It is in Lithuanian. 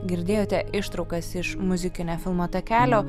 girdėjote ištraukas iš muzikinio filmo takelio